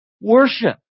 Worship